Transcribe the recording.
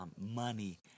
money